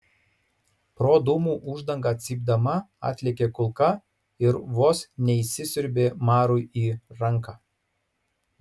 pro dūmų uždangą cypdama atlėkė kulka ir vos neįsisiurbė marui į ranką